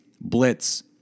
blitz